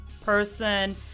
person